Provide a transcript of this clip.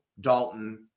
Dalton